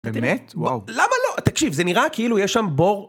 באמת? וואו. למה לא? תקשיב, זה נראה כאילו יש שם בור...